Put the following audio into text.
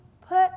put